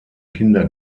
kinder